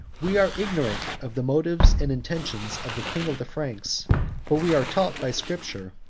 we are ignorant of the motives and intentions of the king of the franks but we are taught by scripture,